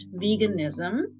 veganism